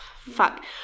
fuck